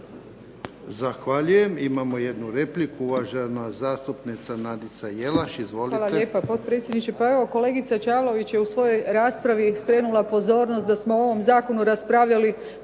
Zahvaljujem. Imamo jednu repliku, uvažena zastupnica Nadica Jelaš. Izvolite. **Jelaš, Nadica (SDP)** Hvala lijepa, potpredsjedniče. Pa evo kolegica Čavlović je u svojoj raspravi skrenula pozornost da smo o ovom zakonu raspravljali